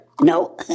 No